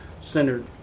centered